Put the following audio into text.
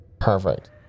perfect